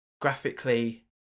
graphically